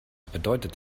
bedeutet